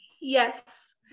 Yes